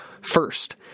First